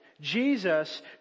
Jesus